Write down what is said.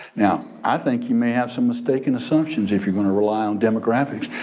now, i think you may have some mistaken assumptions if you're gonna rely on demographics.